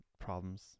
problems